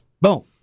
boom